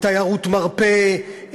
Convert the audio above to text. תיירות מרפא,